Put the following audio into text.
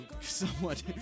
somewhat